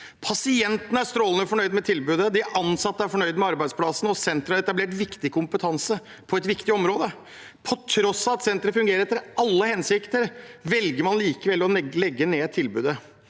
Pasientene er strålende fornøyd med tilbudet, de ansatte er fornøyd med arbeidsplassen, og senteret har etablert viktig kompetanse på et viktig område. På tross av at senteret fungerer etter alle hensikter, velger man likevel å legge ned tilbudet.